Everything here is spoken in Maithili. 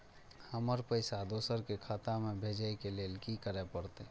हमरा पैसा दोसर के खाता में भेजे के लेल की करे परते?